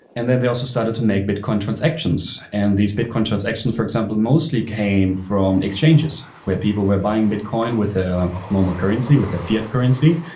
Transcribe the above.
and then they also started to make bitcoin transactions, and these bitcoin transaction, for example, mostly came from exchanges where people were buying bitcoin with a normal currency, with a fiat currency,